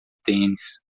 tênis